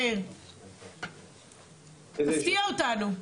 תפתיע אותנו.